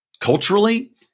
culturally